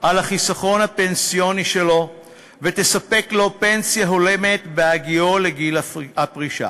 על החיסכון הפנסיוני שלו ותספק לו פנסיה הולמת בהגיעו לגיל פרישה.